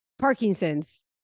Parkinson's